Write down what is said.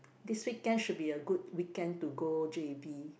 this weekend should be a good weekend to go j_b